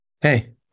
Hey